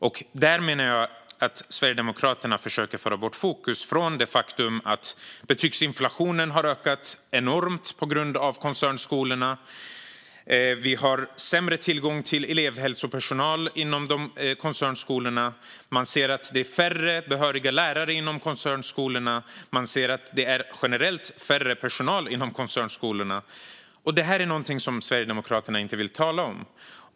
Jag menar att Sverigedemokraterna försöker föra fokus bort från det faktum att betygsinflationen har ökat enormt på grund av koncernskolorna och från att det är sämre tillgång till elevhälsopersonal på koncernskolorna. Man ser att det är färre behöriga lärare på koncernskolorna och att det generellt sett är färre personal på koncernskolorna. Men det är något som Sverigedemokraterna inte vill tala om.